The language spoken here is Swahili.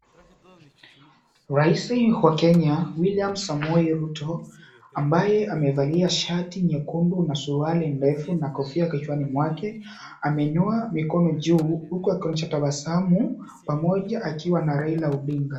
Raisi wa Kenya William Samoei Ruto ambaye amevalia shati nyekundu na suruali ndefu na kofia kichwani mwake, ameinua mikono juu huku akionyesha tabasamu akiwa na Raila Odinga.